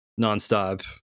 nonstop